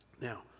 Now